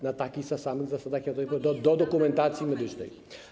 Na takich samych zasadach jak do tej pory miał dostęp do dokumentacji medycznej.